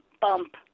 bump